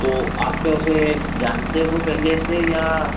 तो आप क्या उसे जानते हो पहले से या